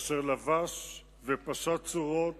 אשר לבש ופשט צורות